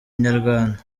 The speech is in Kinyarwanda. inyarwanda